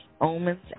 Omens